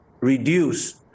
reduce